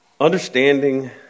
understanding